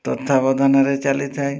ତତ୍ୱାବଧାନରେ ଚାଲିଥାଏ